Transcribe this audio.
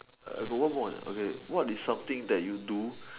I got one more eh okay what is something that you do